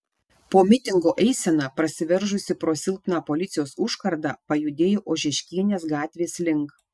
po mitingo eisena prasiveržusi pro silpną policijos užkardą pajudėjo ožeškienės gatvės link